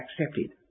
accepted